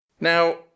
Now